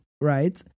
right